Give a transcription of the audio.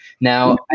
Now